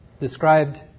described